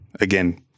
again